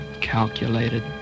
calculated